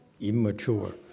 immature